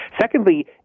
Secondly